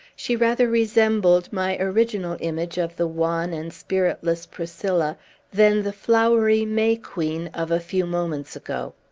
she rather resembled my original image of the wan and spiritless priscilla than the flowery may-queen of a few moments ago.